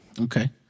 Okay